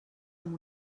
amb